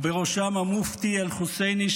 ובראשם המופתי אל-חוסייני,